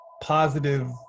positive